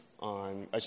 on